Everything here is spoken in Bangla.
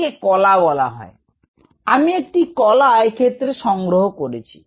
একে কলা বলা হয় আমি একটি কলা এক্ষেত্রে সংগ্রহ করেছি